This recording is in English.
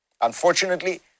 Unfortunately